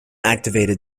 activated